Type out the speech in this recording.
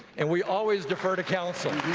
and we always defer to counsel